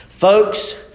Folks